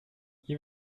hier